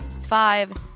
Five